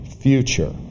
future